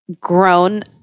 grown